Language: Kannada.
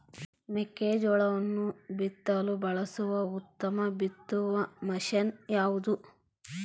ಮೆಕ್ಕೆಜೋಳವನ್ನು ಬಿತ್ತಲು ಬಳಸುವ ಉತ್ತಮ ಬಿತ್ತುವ ಮಷೇನ್ ಯಾವುದು?